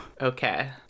Okay